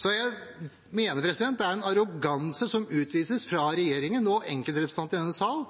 Jeg mener det utvises en arroganse fra regjeringen og enkeltrepresentanter i denne sal